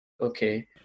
Okay